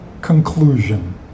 conclusion